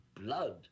blood